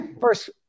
first